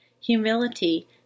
Humility